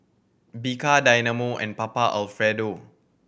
Bika Dynamo and Papa Alfredo